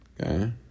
Okay